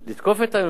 לתקוף את הממשלה